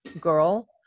girl